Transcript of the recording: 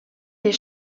les